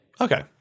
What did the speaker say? Okay